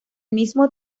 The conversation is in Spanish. mismo